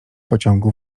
pociągu